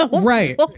right